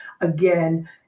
again